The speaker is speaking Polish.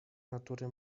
natury